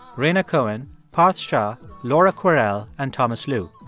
rhaina cohen, parth shah, laura kwerel and thomas lu.